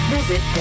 Visit